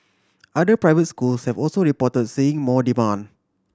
other private schools have also reported seeing more demand